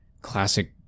classic